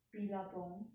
Billabong